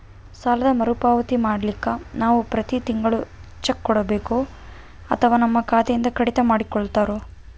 ಸಾಲದ ಮರುಪಾವತಿ ಮಾಡ್ಲಿಕ್ಕೆ ನಾವು ಪ್ರತಿ ತಿಂಗಳು ಚೆಕ್ಕು ಕೊಡಬೇಕೋ ಅಥವಾ ನಮ್ಮ ಖಾತೆಯಿಂದನೆ ಕಡಿತ ಮಾಡ್ಕೊತಿರೋ?